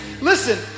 listen